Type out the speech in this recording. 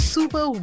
Super